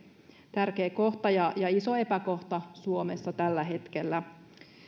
tärkeä kohta ja iso epäkohta suomessa tällä hetkellä